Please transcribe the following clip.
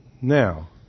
Now